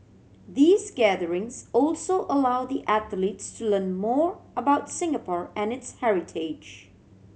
these gatherings also allow the athletes to learn more about Singapore and its heritage